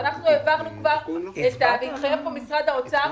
אנחנו העברנו כבר והתחייב פה משרד האוצר,